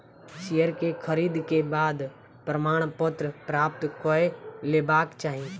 share के खरीद के बाद प्रमाणपत्र प्राप्त कय लेबाक चाही